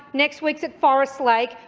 next week's at forest like